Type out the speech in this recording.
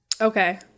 Okay